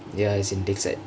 ya is in lakeside